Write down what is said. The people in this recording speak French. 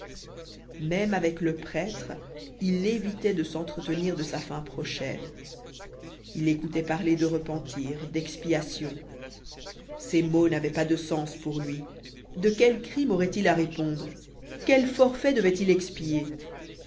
même avec le prêtre il évitait de s'entretenir de sa fin prochaine il écoutait parler de repentir d'expiation ces mots n'avaient pas de sens pour lui de quel crime aurait-il a répondre quel forfait devait-il expier